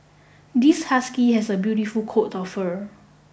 this husky has a beautiful coat of fur